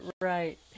right